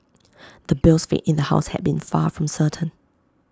the bill's fate in the house had been far from certain